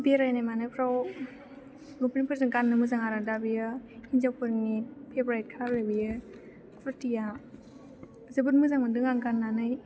बेरायनाय मानायफ्राव लंपेन्टफोरजों गाननो मोजां आरो दा बियो हिन्जावफोरनि फेब्रेटखा आरो बियो कुरतिया जोबोद मोजां मोनदों आं गाननानै